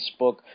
Facebook